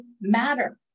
matter